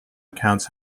accounts